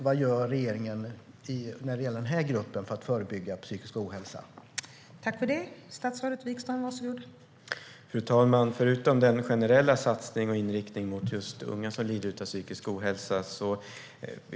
Vad gör regeringen för att förebygga psykisk ohälsa i denna grupp?